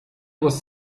was